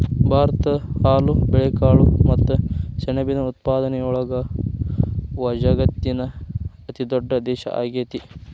ಭಾರತ ಹಾಲು, ಬೇಳೆಕಾಳು ಮತ್ತ ಸೆಣಬಿನ ಉತ್ಪಾದನೆಯೊಳಗ ವಜಗತ್ತಿನ ಅತಿದೊಡ್ಡ ದೇಶ ಆಗೇತಿ